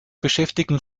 beschäftigen